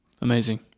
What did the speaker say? Amazing